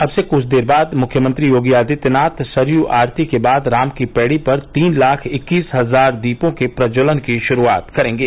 अब से कुछ देर बाद मुख्यमंत्री योगी आदित्यनाथ सरयू आरती के बाद राम की पैडी पर तीन लाख इक्कीस हजार दीपों के प्रज्जवलन की श्रूआत करेंगे